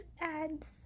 ads